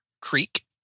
Creek